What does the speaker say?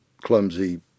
clumsy